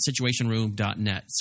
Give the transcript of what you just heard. situationroom.net